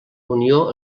unió